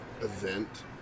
event